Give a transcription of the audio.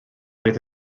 oedd